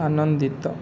ଆନନ୍ଦିତ